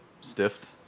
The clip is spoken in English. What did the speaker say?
Stiffed